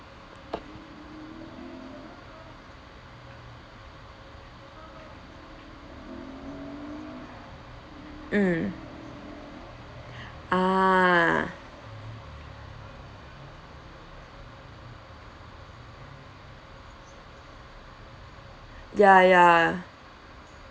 mm ah ya ya